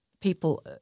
People